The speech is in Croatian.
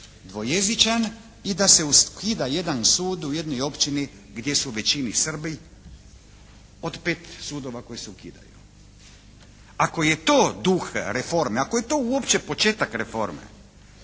dvojezičan i da se ukida jedan sud u jednoj općini gdje su u većini Srbi od 5 sudova koji se ukidaju. Ako je to duh reforme, ako je to uopće početak reforme,